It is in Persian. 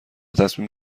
تصمیم